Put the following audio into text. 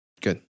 Good